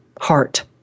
heart